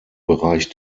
bereich